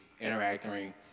interacting